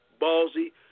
ballsy